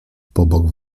pobok